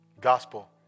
gospel